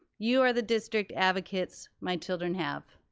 you are the district advocates my children have.